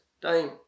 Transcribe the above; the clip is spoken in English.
time